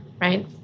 right